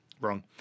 wrong